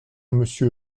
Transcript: monsieur